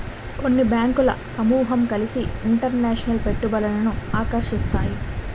కొన్ని బ్యాంకులు సమూహం కలిసి ఇంటర్నేషనల్ పెట్టుబడులను ఆకర్షిస్తాయి